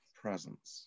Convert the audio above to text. presence